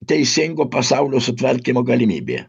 teisingo pasaulio sutvarkymo galimybė